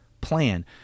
plan